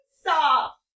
Stop